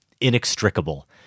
inextricable